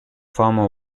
former